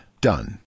Done